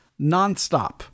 nonstop